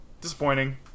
disappointing